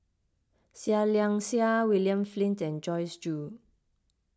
Seah Liang Seah William Flint and Joyce Jue